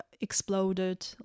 exploded